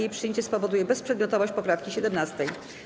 Jej przyjęcie spowoduje bezprzedmiotowość poprawki 17.